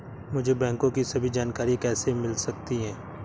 मुझे बैंकों की सभी जानकारियाँ कैसे मिल सकती हैं?